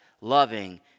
loving